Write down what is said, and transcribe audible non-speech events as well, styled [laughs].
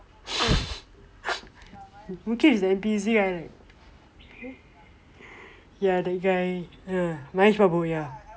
[laughs] mukesh is the N_T_U_C guy right ya that guy mahesh babu ya